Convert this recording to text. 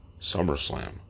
SummerSlam